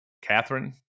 Catherine